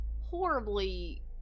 horribly